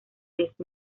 diez